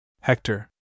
Hector